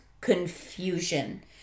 confusion